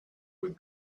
with